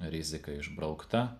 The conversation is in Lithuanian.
rizika išbraukta